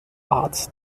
arzt